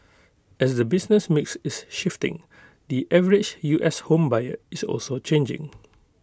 as the business mix is shifting the average U S home buyer is also changing